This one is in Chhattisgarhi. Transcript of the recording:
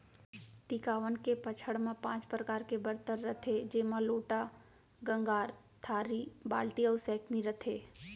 टिकावन के पंचहड़ म पॉंच परकार के बरतन रथे जेमा लोटा, गंगार, थारी, बाल्टी अउ सैकमी रथे